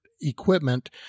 equipment